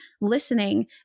listening